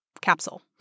capsule